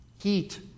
heat